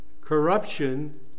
corruption